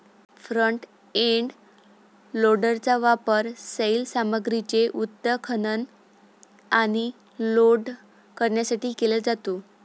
front end लोडरचा वापर सैल सामग्रीचे उत्खनन आणि लोड करण्यासाठी केला जातो